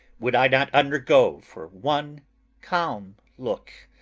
would i not undergo for one calm look?